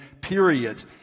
period